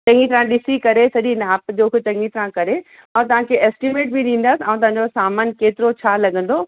चङी तरह ॾिसी करे सॼी नाप जो बि चङी तरह करे ऐं तव्हांखे एस्टीमेट बि ॾींदसि ऐं तव्हांजो सामान केतिरो छा लॻंदो